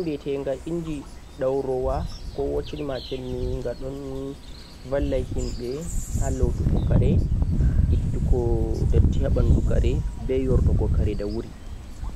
machine bhitegha inji daurowa ko washng machine gado valla himbe ha lotugo kare ittugo dutti ha kare beh yurnugo kare da wuri